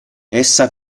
essa